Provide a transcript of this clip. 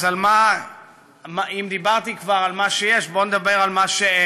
אם דיברתי כבר על מה שיש, בוא נדבר על מה שאין.